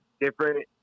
different